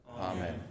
Amen